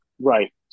Right